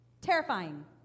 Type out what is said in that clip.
Terrifying